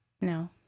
No